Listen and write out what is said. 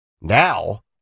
Now